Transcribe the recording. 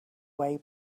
way